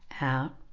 Out